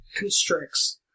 constricts